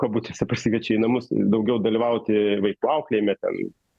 kabutėse pasikviečia į namus daugiau dalyvauti vaikų auklėjime ten